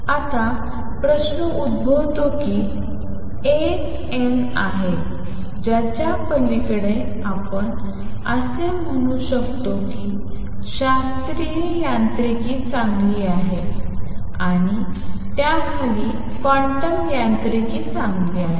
आता प्रश्न उद्भवतो की एक n आहे ज्याच्या पलीकडे आपण असे म्हणू शकतो की शास्त्रीय यांत्रिकी चांगले आहे आणि त्याखाली क्वांटम यांत्रिकी चांगले आहे